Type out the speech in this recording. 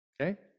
Okay